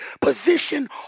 position